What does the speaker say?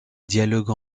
dialogues